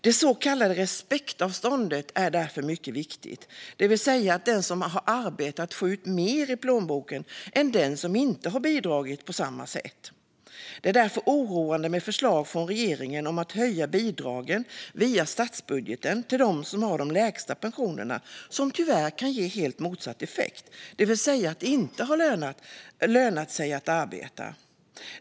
Det så kallade respektavståndet är därför mycket viktigt, det vill säga att den som arbetat får mer i plånboken än den som inte bidragit på samma sätt. Det är därför oroande med förslag från regeringen om att via statsbudgeten höja bidragen till dem som har de lägsta pensionerna eftersom det tyvärr kan ge motsatt effekt, det vill säga att det inte lönar sig att arbeta.